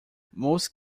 most